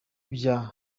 bya